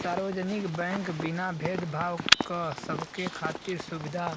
सार्वजनिक बैंक बिना भेद भाव क सबके खातिर सुविधा